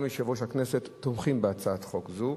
יושב-ראש הכנסת תומכים בהצעת חוק זו,